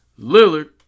Lillard